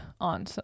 on